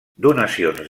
donacions